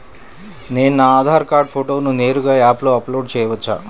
నేను నా ఆధార్ కార్డ్ ఫోటోను నేరుగా యాప్లో అప్లోడ్ చేయవచ్చా?